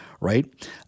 right